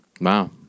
Wow